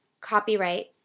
Copyright